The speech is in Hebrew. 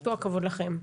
כל הכבוד לכן.